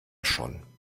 schon